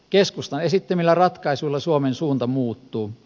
keskustan esittämillä ratkaisuilla suomen suunta muuttuu